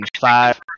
Five